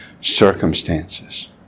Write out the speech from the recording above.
circumstances